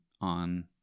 on